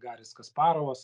garis kasparovas